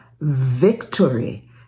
victory